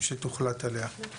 שתוחלט עליה.